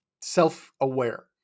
self-aware